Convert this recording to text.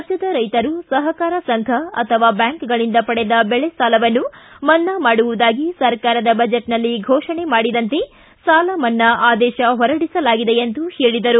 ರಾಜ್ಯದ ರೈತರು ಸಹಕಾರ ಸಂಘ ಅಥವಾ ಬ್ವಾಂಕುಗಳಿಂದ ಪಡೆದ ಬೆಳೆ ಸಾಲವನ್ನು ಮನ್ನಾ ಮಾಡುವುದಾಗಿ ಸರ್ಕಾರದ ಬಜೆಟ್ನಲ್ಲಿ ಘೋಷಣೆ ಮಾಡಿದಂತೆ ಸಾಲ ಮನ್ನಾ ಆದೇಶ ಹೊರಡಿಸಲಾಗಿದೆ ಎಂದು ಹೇಳಿದರು